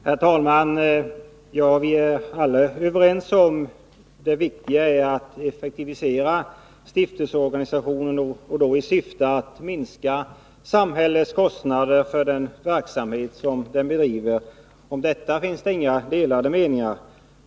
Herr talman! Vi är alla överens om att det viktiga är att effektivisera stiftelseorganisationen i syfte att minska samhällets kostnader för den verksamhet som bedrivs. Om detta finns det inga delade meningar.